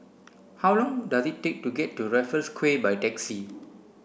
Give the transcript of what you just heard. how long does it take to get to Raffles Quay by taxi